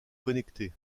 connecté